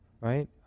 Right